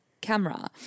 camera